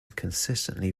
consistently